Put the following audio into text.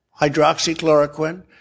hydroxychloroquine